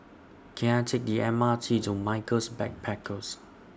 Can I Take The M R T to Michaels Backpackers